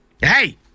Hey